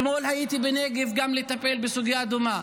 אתמול הייתי בנגב גם לטפל בסוגיה דומה.